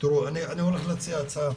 אני מבקש להציע הצעה